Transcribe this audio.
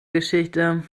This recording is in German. geschichte